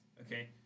Okay